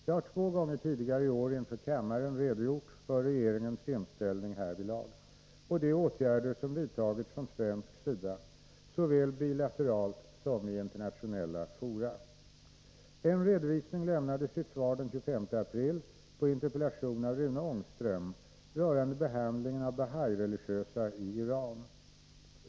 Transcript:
Jag har två gånger tidigare i år inför kammaren redogjort för regeringens inställning härvidlag och de åtgärder som vidtagits från svensk sida såväl bilateralt som i internationella fora. En redovisning lämnades i ett svar den 25 april på interpellation av Rune Ångström rörande behandlingen av Bahåi-religiösa i Iran.